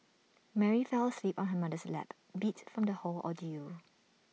Mary fell asleep on her mother's lap beat from the whole ordeal